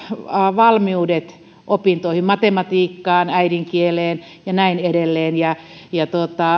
valmiudet opintoihin matematiikkaan äidinkieleen ja näin edelleen